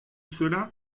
cela